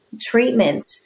treatment